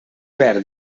verd